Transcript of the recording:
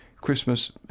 Christmas